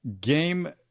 game